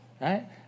right